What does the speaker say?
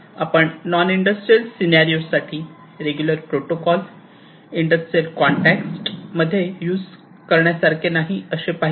आपण non industrial scenario साठी regular protocol industrial context मध्ये युज करण्यासारखे नाही असे पाहिले